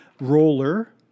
Roller